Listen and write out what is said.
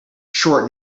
short